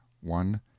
one